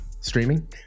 streaming